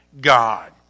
God